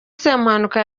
semuhanuka